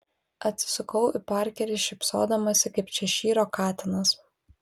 atsisukau į parkerį šypsodamasi kaip češyro katinas